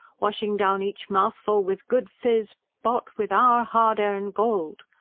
washing down each mouthful with good fizz bought with our hard-earned gold.